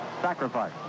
Sacrifice